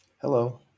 Hello